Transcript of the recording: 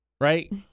right